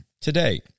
Today